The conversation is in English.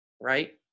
right